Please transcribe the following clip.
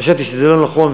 חשבתי שזה לא נכון,